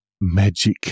magic